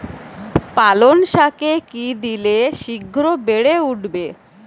পালং শাকে কি দিলে শিঘ্র বেড়ে উঠবে?